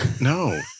No